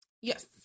yes